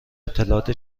اطلاعات